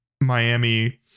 Miami